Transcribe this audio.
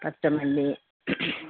കൊത്തമല്ലി